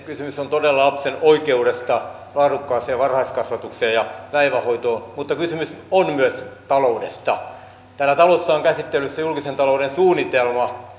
kysymys on todella lapsen oikeudesta laadukkaaseen varhaiskasvatukseen ja päivähoitoon mutta kysymys on myös taloudesta tässä talossa on käsittelyssä julkisen talouden suunnitelma